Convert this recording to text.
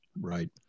right